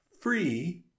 free